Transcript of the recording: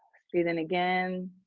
breathe in again.